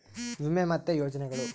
ವಿಮೆ ಮತ್ತೆ ಯೋಜನೆಗುಳು